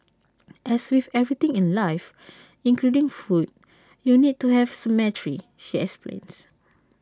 as with everything in life including food you need to have symmetry she explains